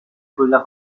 quella